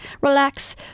relax